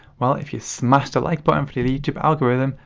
well if you smash the like button for the the youtube algorithm,